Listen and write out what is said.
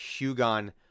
Hugon